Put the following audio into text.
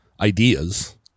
ideas